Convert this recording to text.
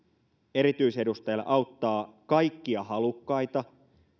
erityisedustajalle auttaa kaikkia halukkaita